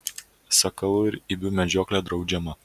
sakalų ir ibių medžioklė draudžiama